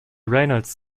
reynolds